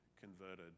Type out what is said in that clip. converted